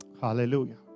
Hallelujah